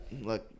Look